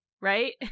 Right